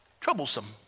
troublesome